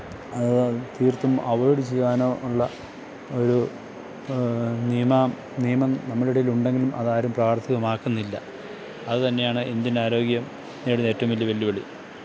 അത് തീര്ത്തും അവോയിഡ് ചെയ്യാനോ ഉള്ള ഒരു നിയമാ നിയമം നമ്മുടെ ഇടയിൽ ഉണ്ടെങ്കിലും അതാരും പ്രാവര്ത്തികമാക്കുന്നില്ല അത് തന്നെയാണ് ഇന്ത്യന് ആരോഗ്യം നേരിടുന്ന ഏറ്റവും വലിയ വെല്ലുവിളി